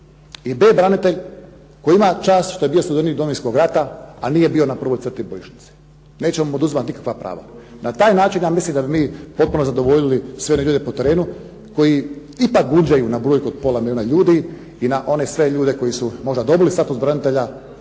i b) branitelj koji ima čast što je bio sudionik Domovinskog rata, ali nije bio na prvoj crti bojišnice, nećemo mu oduzimati nikakva prava. Na taj način ja mislim da bi mi potpuno zadovoljili sve one ljude po terenu koji ipak gunđaju na brojku od pola milijuna ljudi i na one sve ljude koji su možda dobili status branitelja,